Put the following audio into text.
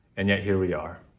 and yet, here we are.